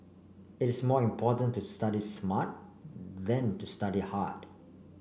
it is more important to study smart than to study hard